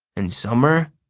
and summer?